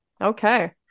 Okay